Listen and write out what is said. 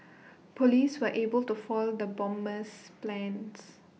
Police were able to foil the bomber's plans